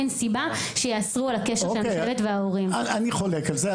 אין סיבה שיאסרו על הקשר של המשלבת וההורים.) אני חולק על זה,